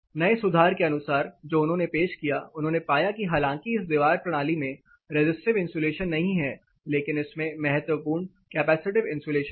नए सुधार के अनुसार जो उन्होंने पेश किया है उन्होंने पाया कि हालांकि इस दीवार प्रणाली में रेजिस्टिव इंसुलेशन नहीं है लेकिन इसमें महत्वपूर्ण कैपेसिटिव इन्सुलेशन है